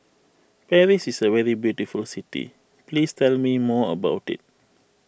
Paris is a very beautiful city please tell me more about it